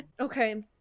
Okay